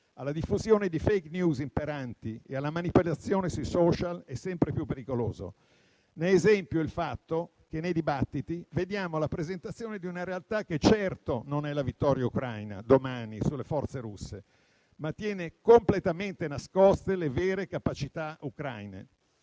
alla diffusione di *fake news* imperanti e alla manipolazione sui *social*, è sempre più pericoloso. Ne è esempio il fatto che nei dibattiti vediamo la presentazione di una realtà che certo non è la vittoria ucraina domani sulle forze russe, ma tiene completamente nascoste le vere capacità ucraine.